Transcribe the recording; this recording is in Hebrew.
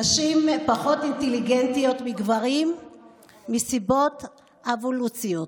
נשים פחות אינטליגנטיות מגברים מסיבות אבולוציוניות,